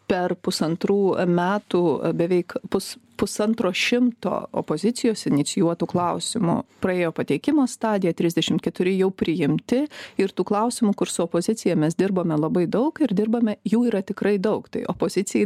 per pusantrų metų beveik pus pusantro šimto opozicijos inicijuotų klausimo praėjo pateikimo stadija trisdešim keturi jau priimti ir tų klausimų kur su opozicija mes dirbome labai daug ir dirbame jų yra tikrai daug opozicijai